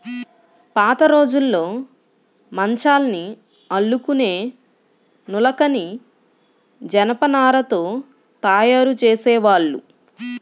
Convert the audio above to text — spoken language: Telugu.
పాతరోజుల్లో మంచాల్ని అల్లుకునే నులకని జనపనారతో తయ్యారు జేసేవాళ్ళు